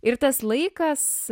ir tas laikas